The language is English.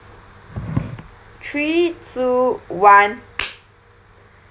three two one